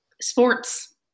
sports